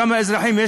כמה אזרחים,